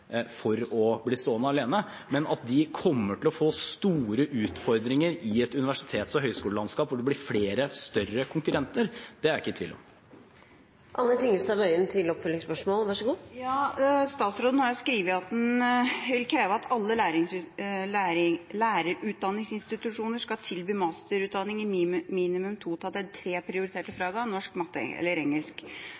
for å bli stående alene, men at de kommer til å få store utfordringer i et universitets- og høyskolelandskap hvor det blir flere større konkurrenter, er jeg ikke i tvil om. Statsråden har skrevet at han vil kreve at alle lærerutdanningsinstitusjoner skal tilby masterutdanning i minimum to av de tre prioriterte